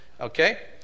Okay